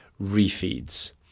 refeeds